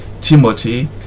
Timothy